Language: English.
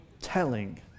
telling